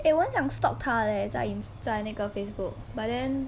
eh 我很想 stalk 她 leh 在那个 ins~ facebook but then